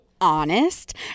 honest